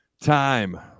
time